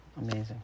Amazing